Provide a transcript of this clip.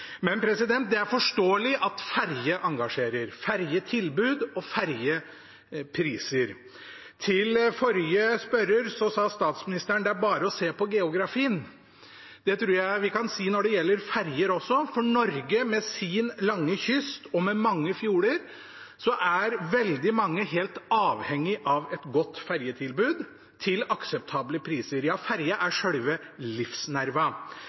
Men det er forståelig at ferje engasjerer – ferjetilbud og ferjepriser. Til forrige spørrer sa statsministeren at det bare var å se på geografien. Det tror jeg vi kan si når det gjelder ferjer også, for Norges lange kyst og mange fjorder gjør veldig mange helt avhengige av et godt ferjetilbud til akseptable priser. Ja,